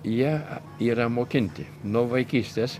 jie yra mokinti nuo vaikystės